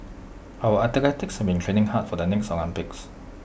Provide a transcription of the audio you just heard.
our athletes have been training hard for the next Olympics